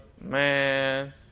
Man